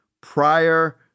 prior